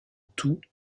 tout